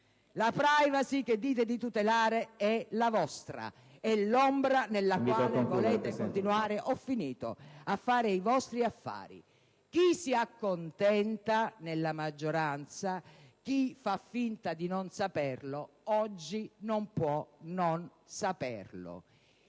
La *privacy* che dite di tutelare è la vostra, è l'ombra nella quale volete continuare a fare i vostri affari. Chi si accontenta nella maggioranza, chi fa finta di non saperlo, oggi non può non saperlo.